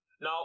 now